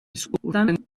eskuetan